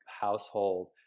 household